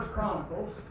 Chronicles